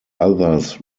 others